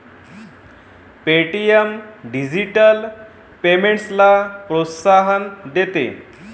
Paytm digital पेमेंट्सला प्रोत्साहन देते